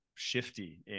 shifty